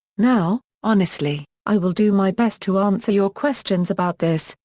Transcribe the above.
now, honestly, i will do my best to answer your questions about this,